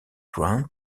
grant